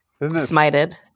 Smited